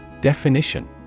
Definition